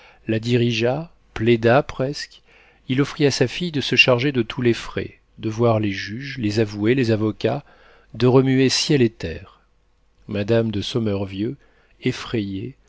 la dirigea plaida presque il offrit à sa fille de se charger de tous les frais de voir les juges les avoués les avocats de remuer ciel et terre madame de sommervieux effrayée